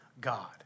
God